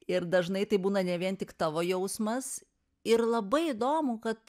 ir dažnai tai būna ne vien tik tavo jausmas ir labai įdomu kad